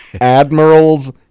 Admiral's